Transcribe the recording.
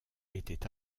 était